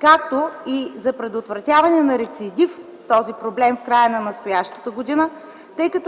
както и да се предотврати рецидив на този проблем в края на настоящата година?